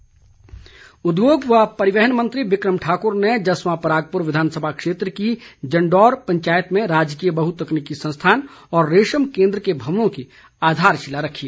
become Thakur उद्योग व परिवहन मंत्री बिक्रम ठाकुर ने जसवां परागरपुर विधानसभा क्षेत्र की जंडौर पंचायत में राजकीय बहुतकनीकी संस्थान और रेशम केन्द्र के भवनों की आधारशिला रखी